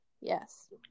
yes